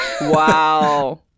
wow